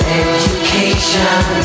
education